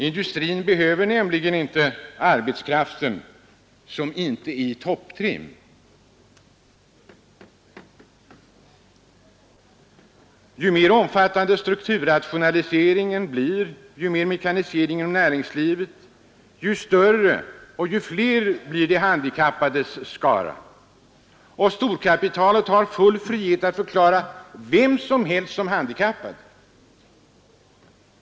Industrin behöver nämligen inte arbetskraft som inte är i topptrim. Ju mer omfattande strukturrationaliseringen blir, ju mer mekaniseringen fortskrider inom näringslivet, desto större blir de handikappades skara. Storkapitalet har full frihet att förklara vem som helst för handikappad.